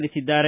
ತಿಳಿಸಿದ್ದಾರೆ